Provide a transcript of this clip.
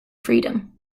freedom